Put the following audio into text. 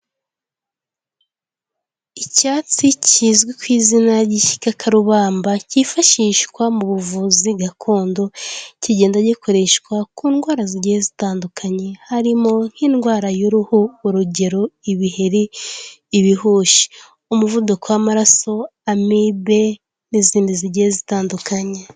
Icyatsi kizwi ku izina ry'igikakarubamba cyifashishwa mu buvuzi gakondo, kigenda gikoreshwa ku ndwara zigiye zitandukanye, harimo nk'indwara y'uruhu, urugero; ibiheri, ibihushi, umuvuduko w'amaraso, Amibe n'izindi zigiye zitandukanye.